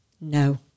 No